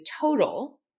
total